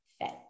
fit